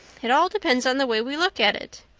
it all depends on the way we look at it.